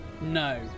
No